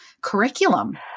curriculum